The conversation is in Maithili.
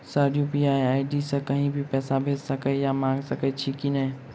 सर यु.पी.आई आई.डी सँ कहि भी पैसा भेजि सकै या मंगा सकै छी की न ई?